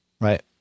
right